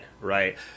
right